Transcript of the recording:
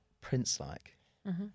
Prince-like